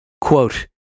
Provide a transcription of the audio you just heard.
quote